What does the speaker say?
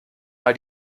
mal